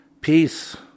Peace